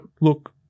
look